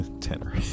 tenor